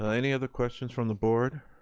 um any other questions from the board?